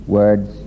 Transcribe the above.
words